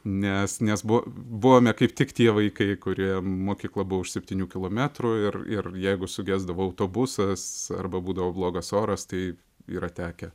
nes nes buvo buvome kaip tik tie vaikai kuriem mokykla buvo už septynių kilometrų ir ir jeigu sugesdavo autobusas arba būdavo blogas oras tai yra tekę